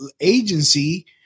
agency